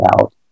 out